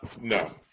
No